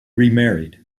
remarried